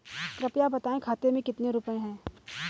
कृपया बताएं खाते में कितने रुपए हैं?